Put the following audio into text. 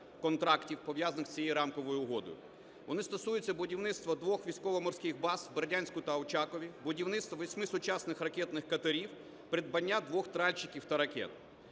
контрактів, пов'язаних з цією рамковою угодою. Вони стосуються будівництва двох військово-морських баз в Бердянську та Очакові, будівництва восьми сучасних ракетних катерів, придбання двох тральщиків та ракет.